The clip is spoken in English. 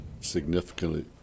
significantly